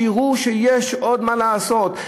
שיראו שיש עוד מה לעשות.